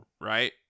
Right